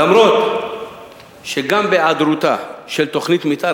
למרות העובדה שגם בהיעדר תוכנית מיתאר